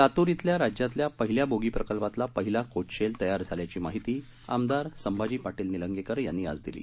लातूरइथल्याराज्यातल्यापहिल्याबोगीप्रकल्पातलापहिलाकोचशेलतयारझाल्याचीमाहि तीआमदारसंभाजीपाटीलनिलंगेकरयांनीआजदिली